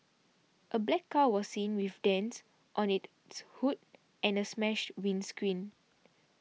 a black car was seen with dents on it hood and a smashed windscreen